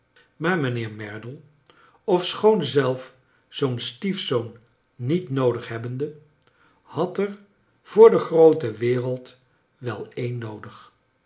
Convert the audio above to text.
maar mijnheer merdle ofschoon zelf zoo'n stiefzoon niet noodig hebbende had er voor de groote wereld wel een noodig